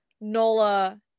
Nola